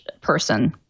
person